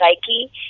psyche